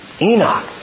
Enoch